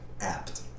Apt